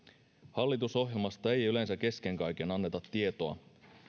hallitusohjelmasta ei yleensä kesken kaiken anneta tietoa